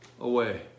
away